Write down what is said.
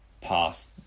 past